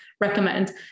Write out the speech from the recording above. recommend